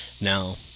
Now